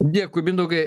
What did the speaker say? dėkui mindaugai